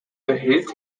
behält